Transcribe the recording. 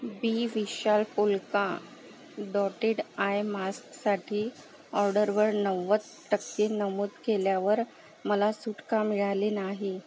बी विशाल polka dotted eye मास्कसाठी ऑर्डरवर नव्वद टक्के नमूद केल्यावर मला सूट का मिळाली नाही